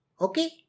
okay